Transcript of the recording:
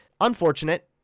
Unfortunate